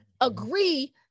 agree